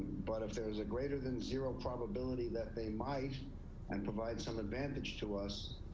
but if there is a greater than zero probability that they might and provide some advantage to us,